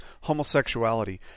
homosexuality